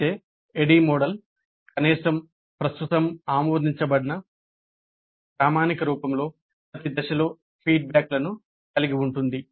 అయితే ADDIE model కనీసం ప్రస్తుతం ఆమోదించబడిన ప్రామాణిక రూపంలో ప్రతి దశలో ఫీడ్బ్యాక్లను కలిగి ఉంటుంది